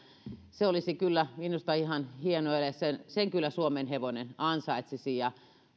se olisi kyllä minusta ihan hieno ele sen sen kyllä suomenhevonen ansaitsisi ja